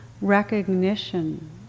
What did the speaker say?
recognition